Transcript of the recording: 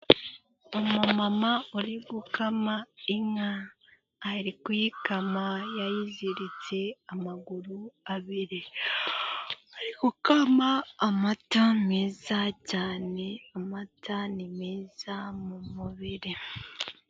Umumama uri gukama inka, ari kuyikama yayiziritse amaguru abiri. Ari gukama amata meza cyane, amata ni meza mu mubiri.